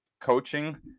Coaching